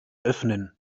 öffnen